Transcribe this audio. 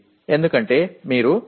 க்களை அடைவதைக் குறிக்கிறது